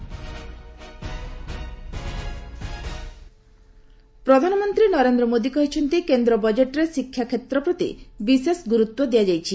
PM education ପ୍ରଧାନମନ୍ତ୍ରୀ ନରେନ୍ଦ୍ର ମୋଦୀ କହିଛନ୍ତି କେନ୍ଦ୍ର ବଜେଟରେ ଶିକ୍ଷା କ୍ଷେତ୍ର ପ୍ରତି ବିଶେଷ ଗୁରୁତ୍ୱ ଦିଆଯାଇଛି